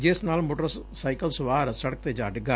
ਜਿਸ ਨਾਲ ਸੋਟਰਸਾਈਕਲ ਸਵਾਰ ਸੜਕ ਤੇ ਜਾ ਡਿੱਗਾ